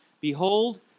Behold